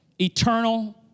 eternal